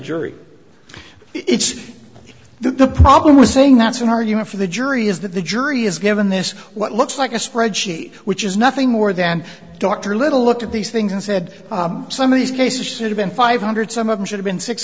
that the problem with saying that's an argument for the jury is that the jury is given this what looks like a spreadsheet which is nothing more than dr little looked at these things and said some of these cases should have been five hundred some of them should have been six